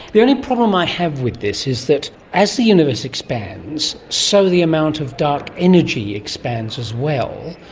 the only problem i have with this is that as the universe expands, so the amount of dark energy expands as well.